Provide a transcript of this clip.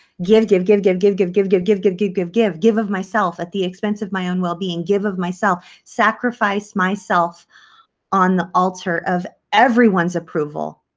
give, give, give, give, give, give, give, give, give, give, give, give, give, give of myself at the expense of my own well-being give of myself sacrifice myself on the altar of everyone's approval,